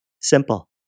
Simple